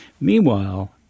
meanwhile